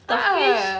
a'ah